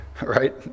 right